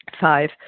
Five